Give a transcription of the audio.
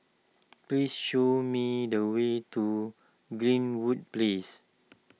please show me the way to Greenwood Place